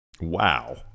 Wow